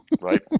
Right